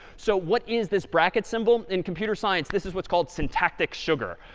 so what is this bracket symbol? in computer science, this is what's called syntactic sugar.